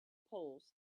polls